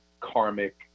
karmic